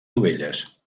dovelles